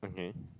okay